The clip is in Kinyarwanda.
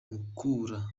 mukura